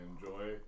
enjoy